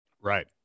Right